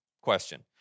question